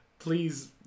Please